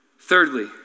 Thirdly